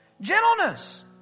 Gentleness